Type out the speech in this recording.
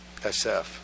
SF